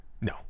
No